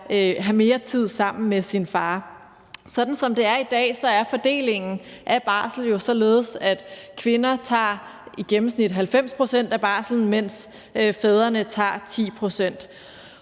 have mere tid sammen med sin far. Sådan som det er i dag, er fordelingen af barsel jo således, at kvinder tager i gennemsnit 90 pct. af barslen, mens fædrene tager 10 pct.